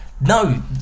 no